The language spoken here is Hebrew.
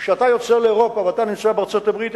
כשאתה יוצא לאירופה ואתה נמצא בארצות-הברית,